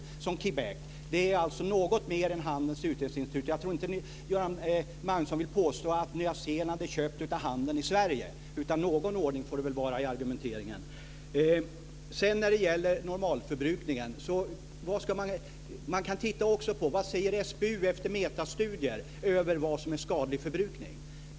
Jag hänvisade också till Québec. Jag stöder mig alltså på något mer än Handelns Utredningsinstitut. Jag tror inte att Göran Magnusson vill påstå att Nya Zeeland är köpt av handeln i Sverige. Någon ordning i argumenteringen får det väl vara. När det sedan gäller normalförbrukningen kan man också titta på vad SBU säger efter metastudier över vad som är skadlig förbrukning.